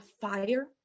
fire